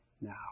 now